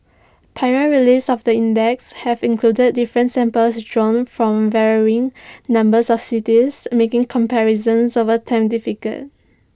prior releases of the index have included different samples drawn from varying numbers of cities making comparison over time difficult